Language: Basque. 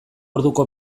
orduko